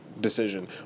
decision